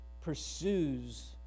pursues